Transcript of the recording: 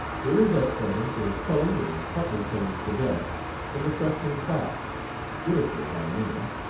there is at present a colored, or partly colored, cadet in the freshman class whittaker by name.